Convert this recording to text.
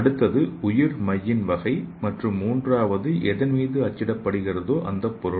அடுத்தது உயிர் மையின் வகை மற்றும் மூன்றாவது எதன்மீது அச்சிடப்படுகிறதோ அந்தப் பொருள்